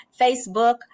Facebook